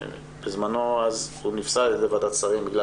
בזמנו הוא נפסל על ידי ועדת שרים בגלל